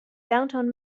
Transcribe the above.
downtown